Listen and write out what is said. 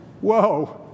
whoa